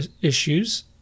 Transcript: issues